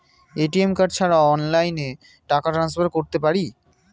ATM card ছাড়া অনলাইনে টাকা টান্সফার করতে পারি?